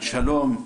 שלום,